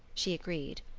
she agreed.